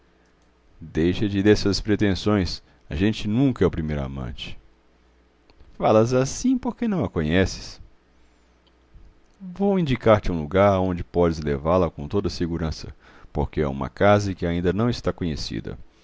deixa-te dessas pretensões a gente nunca é o primeiro amante falas assim porque não a conheces vou indicar te um lugar aonde podes levá-la com toda a segurança porque é uma casa que ainda não está conhecida